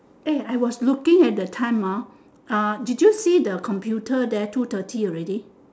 eh I was looking at the time ah ah did you see the computer there two thirty already